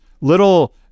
little